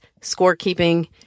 scorekeeping